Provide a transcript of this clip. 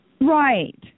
Right